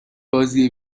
بازی